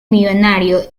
millonario